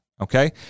okay